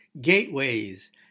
gateways